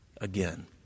again